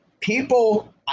People